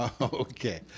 Okay